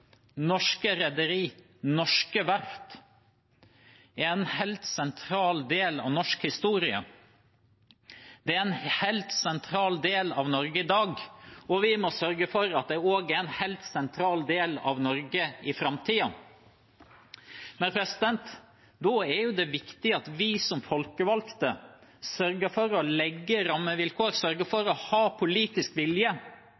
verft er en helt sentral del av norsk historie, og det er en helt sentral del av Norge i dag. Vi må sørge for at det også er en helt sentral del av Norge i framtiden. Da er det viktig at vi som folkevalgte sørger for å legge rammevilkår, og sørger